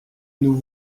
nous